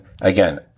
again